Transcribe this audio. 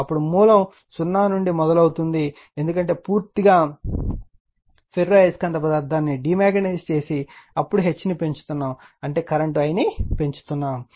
అప్పుడు మూలం 0 నుండి మొదలవుతుంది ఎందుకంటే పూర్తిగా ఫెర్రో అయస్కాంత పదార్థాన్ని డీమాగ్నిటైజ్ చేసి ఇప్పుడు H ని పెంచుతున్నాము అంటే కరెంట్ I ను పెంచుతున్నాము